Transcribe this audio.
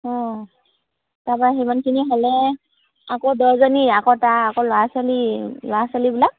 অঁ তাৰাপা সিমানখিনি হ'লে আকৌ দহজনী আকৌ তাৰ আকৌ ল'ৰা ছোৱালী ল'ৰা ছোৱালীবিলাক